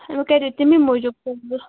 مےٚ کَرے تَمی موٗجوٗب